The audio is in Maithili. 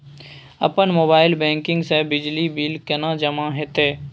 अपन मोबाइल बैंकिंग से बिजली बिल केने जमा हेते?